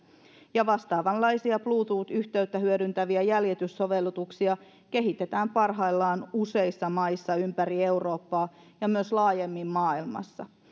ja vastaavanlaisia bluetooth yhteyttä hyödyntäviä jäljityssovelluksia kehitetään parhaillaan useissa maissa ympäri eurooppaa ja myös laajemmin maailmassa